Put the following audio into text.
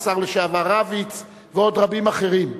השר לשעבר רביץ ועוד רבים אחרים.